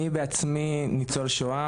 אני בעצמי ניצול שואה.